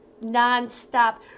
non-stop